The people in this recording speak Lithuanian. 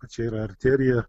kad čia yra arterija